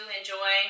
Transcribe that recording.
enjoy